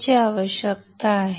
ची आवश्यकता आहे